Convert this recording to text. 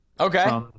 Okay